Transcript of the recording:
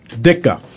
Dicker